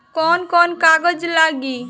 कौन कौन कागज लागी?